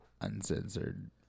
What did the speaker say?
Uncensored